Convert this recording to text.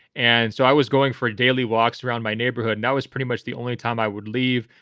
and so i was going for a daily walks around my neighborhood now is pretty much the only time i would leave,